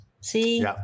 See